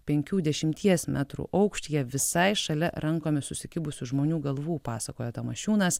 penkių dešimties metrų aukštyje visai šalia rankomis susikibusių žmonių galvų pasakojo tamošiūnas